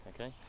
okay